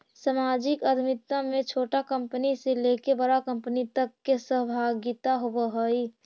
सामाजिक उद्यमिता में छोटा कंपनी से लेके बड़ा कंपनी तक के सहभागिता होवऽ हई